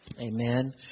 amen